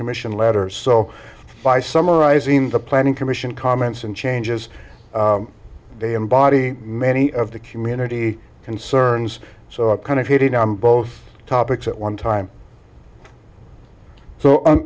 commission letter so five summarizing the planning commission comments and changes they embody many of the community concerns so i kind of hitting on both topics at one time so